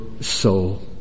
soul